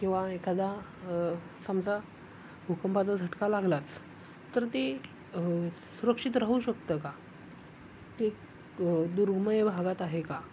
किंवा एखादा समजा भूकंपाचा झटका लागलाच तर ते सुरक्षित राहू शकतं का ते दुर्मय भागात आहे का